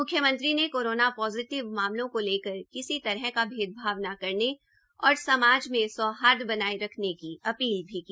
म्ख्यमंत्री ने corona positive मामलों को लेकर किसी तरह का का भेदभाव न करने और समाज में सौहार्द बनाये रखने की अपील भी की